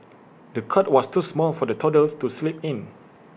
the cot was too small for the toddler to sleep in